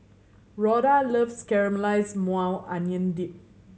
Rhoda loves Caramelized Maui Onion Dip